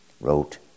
wrote